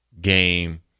game